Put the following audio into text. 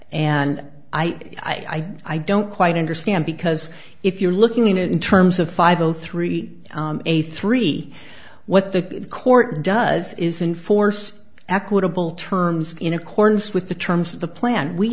and i i don't quite understand because if you're looking in terms of five zero three a three what the court does is in force equitable terms in accordance with the terms of the plan we